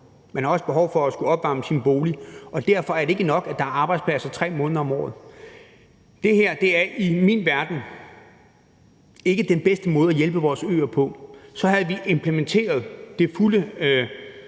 Man har også behov for at opvarme sin bolig. Derfor er det ikke nok, at der er arbejdspladser 3 måneder om året. Det her er i min verden ikke den bedste måde at hjælpe vores øer på. Det havde været at implementere det fulde